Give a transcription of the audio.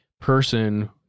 person